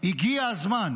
הגיע הזמן